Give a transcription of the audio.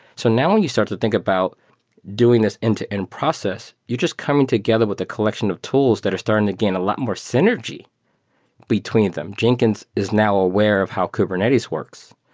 so now when you start to think about doing this end-to-end process, you're just coming together with a collection of tools that are starting to again a lot more synergy between them. jenkins is now aware of how kubernetes works.